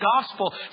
gospel